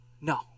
No